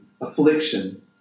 affliction